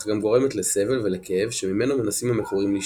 אך גם גורמת לסבל ולכאב שממנו מנסים המכורים להשתחרר.